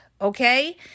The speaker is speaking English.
okay